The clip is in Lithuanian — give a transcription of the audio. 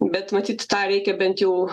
bet matyt tą reikia bent jau